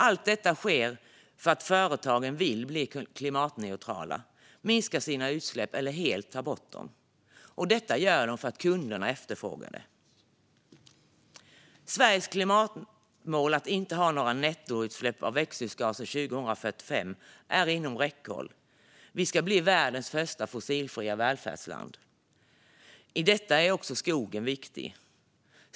Allt detta sker för att företagen vill bli klimatneutrala, minska sina utsläpp eller helt ta bort dem. Detta gör de för att kunderna efterfrågar det. Sveriges klimatmål att inte ha några nettoutsläpp av växthusgaser 2045 är inom räckhåll. Vi ska bli världens första fossilfria välfärdsland. I detta är också skogen viktig.